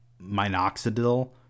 minoxidil